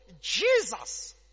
Jesus